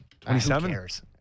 27